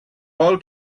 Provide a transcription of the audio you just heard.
vol